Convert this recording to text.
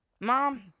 Mom